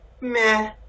meh